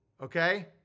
Okay